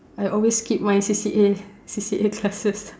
I always skip my C_C_A C_C_A classes